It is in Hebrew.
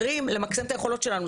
המאפשרים למקסם את היכולות שלנו.